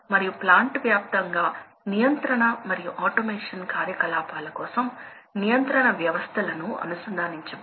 మీరు బ్యాటరీ ని సర్క్యూట్ తో లేదా లోడ్ తో కనెక్ట్ చేసినప్పుడు ఆపరేటింగ్ పాయింట్ ను స్థాపించవచ్చు